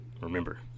Remember